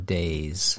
days